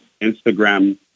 Instagram